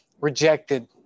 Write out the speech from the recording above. rejected